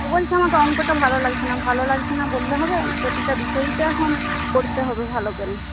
ও বলছে আমাকে অঙ্কটা ভালো লাগছে না ভালো লাগছে না বললে হবে প্রতিটা বিষয়ই তো এখন পড়তে হবে ভালো করে